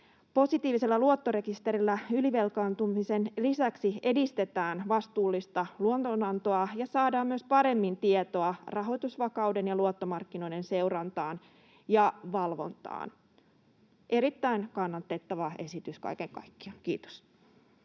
Positiivisella luottorekisterillä ylivelkaantumisen ehkäisemisen lisäksi edistetään vastuullista luotonantoa ja saadaan myös paremmin tietoa rahoitusvakauden ja luottomarkkinoiden seurantaan ja valvontaan. Erittäin kannatettava esitys kaiken kaikkiaan. — Kiitos.